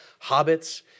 hobbits